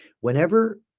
whenever